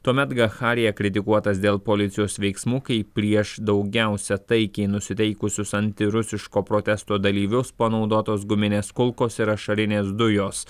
tuomet gacharija kritikuotas dėl policijos veiksmų kai prieš daugiausia taikiai nusiteikusius antirusiško protesto dalyvius panaudotos guminės kulkos ir ašarinės dujos